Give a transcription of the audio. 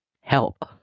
help